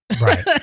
Right